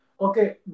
Okay